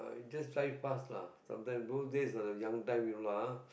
just drive past lah sometimes those days the young time you know lah ah